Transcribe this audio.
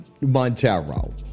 Montero